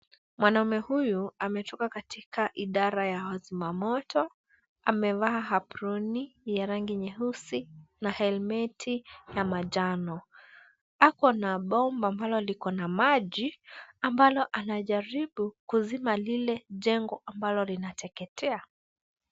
Mwanaume huyu ametoka katika idara ya wazima moto. Amevaa aproni ya rangi nyeusi na helmeti ya manjano. Ako na bomba ambalo liko na maji, ambalo anajaribu kuzima lile jengo ambalo linateketea.